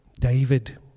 David